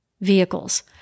vehicles